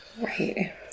Right